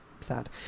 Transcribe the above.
Sad